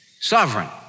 sovereign